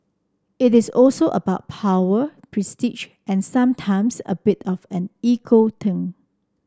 it is also about power prestige and sometimes a bit of an ego thing